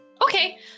Okay